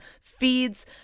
feeds